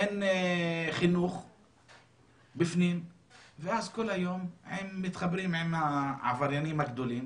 אין חינוך בפנים ואז כל היום הם מתחברים עם העבריינים הגדולים